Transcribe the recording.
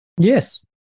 Yes